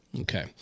Okay